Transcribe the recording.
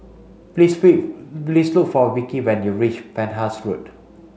please please look for Vickie when you reach Penhas Road